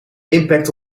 impact